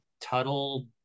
Tuttle